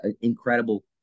incredible